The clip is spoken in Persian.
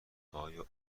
آیا